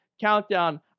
countdown